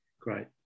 great